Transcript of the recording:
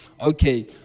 Okay